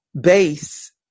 base